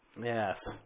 Yes